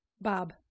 Bob